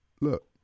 look